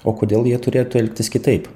o kodėl jie turėtų elgtis kitaip